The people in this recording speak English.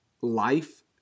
life